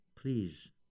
please